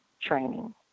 training